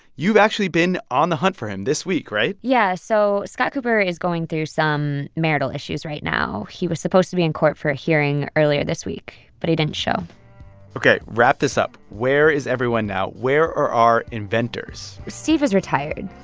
you've actually been on the hunt for him this week, right? yeah, so scott cooper is going through some marital issues right now. he was supposed to be in court for a hearing earlier this week. but he didn't show ok, wrap this up. where is everyone now? where are our inventors? steve is retired.